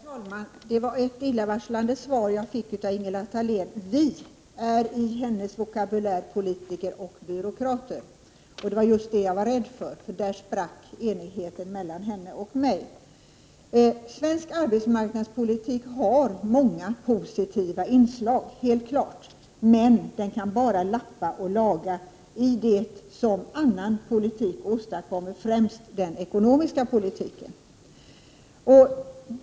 Herr talman! Det var ett illavarslande svar jag fick av Ingela Thalén. ”Vi” är med hennes vokabulär politiker och byråkrater. Det var just det jag var rädd för. Där sprack enigheten mellan henne och mig. Svensk arbetsmarknadspolitik har många positiva inslag, helt klart, men den kan bara lappa och laga i det som annan politik åstadkommer, främst den ekonomiska politiken.